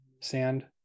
sand